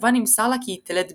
ובה נמסר לה כי היא תלד בן,